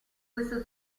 questo